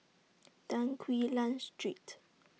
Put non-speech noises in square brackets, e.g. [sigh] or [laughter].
[noise] Tan Quee Lan Street